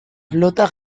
flota